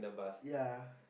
ya